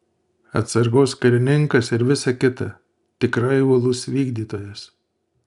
atsargos karininkas ir visa kita tikrai uolus vykdytojas